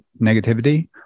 negativity